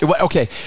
Okay